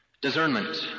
Discernment